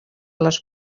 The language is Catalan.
les